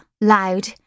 loud